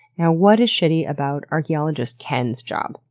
now, what is shitty about archeologist ken's job?